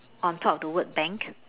on top of the word bank